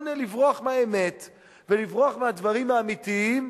לברוח מהאמת ולברוח מהדברים האמיתיים,